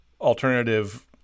alternative